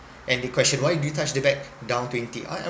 and they questioned why did you touch the bag down twenty I I